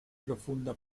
profunda